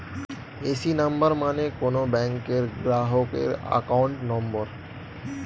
AC number মানে কোন ব্যাংকের গ্রাহকের অ্যাকাউন্ট নম্বর